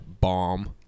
bomb